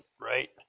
right